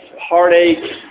Heartache